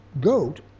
goat